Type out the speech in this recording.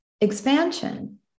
expansion